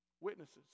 Witnesses